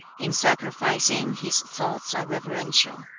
in sacrificing, his thoughts are reverential.